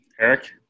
Eric